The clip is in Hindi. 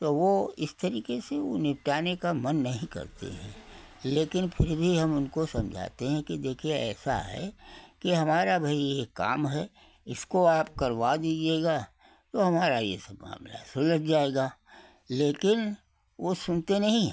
तो वो इस तरीके से ऊ निपटाने का मन नहीं करते हैं लेकिन फिर भी हम उनको समझाते हैं कि देखिए ऐसा है कि हमारा भई एक काम है इसको आप करवा दीजिएगा तो हमारा ये सब मामला सुलझ जाएगा लेकिन वो सुनते नहीं हैं